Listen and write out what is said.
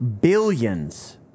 billions